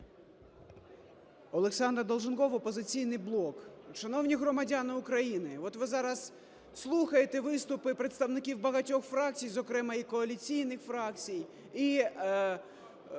Олександр Долженков "Опозиційний блок". Шановні громадяни України, от ви зараз слухаєте виступи представників багатьох фракцій, зокрема і коаліційних фракцій, і